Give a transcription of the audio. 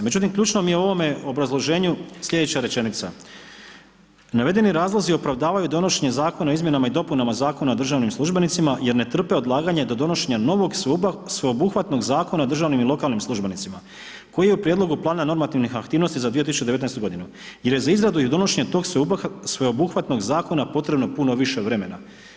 Međutim, ključno mi je u ovome obrazloženju sljedeća rečenica: „Navedeni razlozi opravdavaju donošenje Zakona o izmjenama i dopunama Zakona o državnim službenicima jer ne trpe odlaganje do donošenja novog sveobuhvatnog Zakona o državnim i lokalnim službenicima koji je u prijedlogu plana normativnih aktivnosti za 2019. godinu jer je za izradu i donošenje tog sveobuhvatnog zakona potrebno puno više vremena.